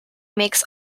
makes